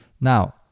Now